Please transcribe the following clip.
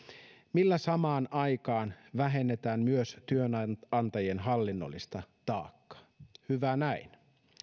millä samaan aikaan vähennetään myös työnantajien hallinnollista taakkaa hyvä näin